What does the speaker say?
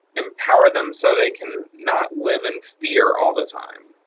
empower them so they can not live in fear all the time.